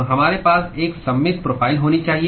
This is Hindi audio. तो हमारे पास एक सममित प्रोफ़ाइल होनी चाहिए